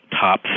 top